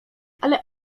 ale